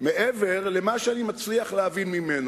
מעבר למה שאני מצליח להבין ממנו.